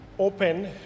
OPEN